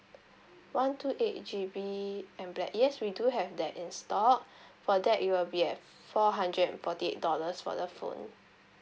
one two eight G_B and black yes we do have that in stock for that it will be at four hundred and forty eight dollars for the phone